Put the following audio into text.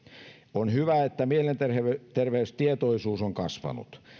on hyvä että mielenterveystietoisuus on kasvanut